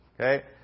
Okay